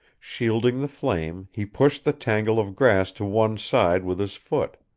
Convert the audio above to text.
shielding the flame, he pushed the tangle of grass to one side with his foot.